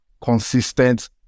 consistent